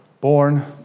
born